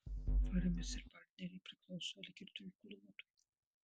farmis ir partneriai priklauso algirdui gluodui